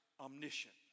omniscient